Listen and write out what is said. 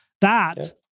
That-